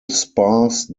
sparse